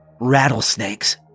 Rattlesnakes